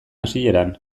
hasieran